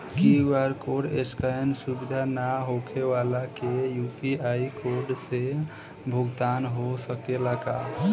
QR code scan सुविधा ना होखे वाला के यू.पी.आई कोड से भुगतान हो सकेला का?